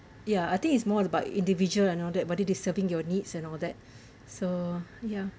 ya I think it's more about individual and all that but it is serving your needs and all that so ya